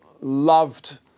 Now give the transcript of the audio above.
loved